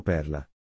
Perla